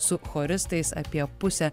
su choristais apie pusę